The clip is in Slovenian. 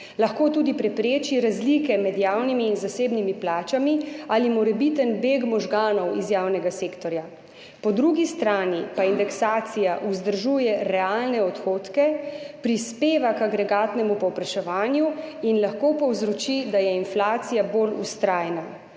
lahko tudi prepreči razlike med javnimi in zasebnimi plačami ali morebiten beg možganov iz javnega sektorja. Po drugi strani pa indeksacija vzdržuje realne odhodke, prispeva k agregatnemu povpraševanju in lahko povzroči, da je inflacija bolj vztrajna.